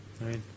right